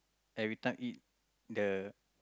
every time eat the